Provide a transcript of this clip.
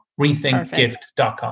Rethinkgift.com